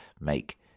make